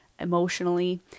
emotionally